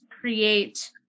create